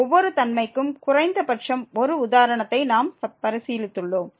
எனவே ஒவ்வொரு தன்மைக்கும் குறைந்தபட்சம் 1 உதாரணத்தை நாம் பரிசீலித்துள்ளோம்